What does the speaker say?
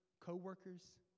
co-workers